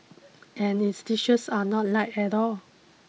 and its dishes are not light at all